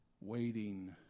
Waiting